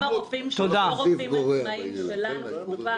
גם הרופאים שהם לא רופאים עצמאיים שלנו בקופה